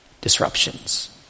disruptions